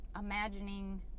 imagining